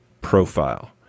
profile